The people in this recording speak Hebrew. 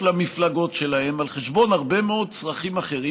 למפלגות שלהם על חשבון הרבה מאוד צרכים אחרים,